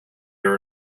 your